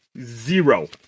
Zero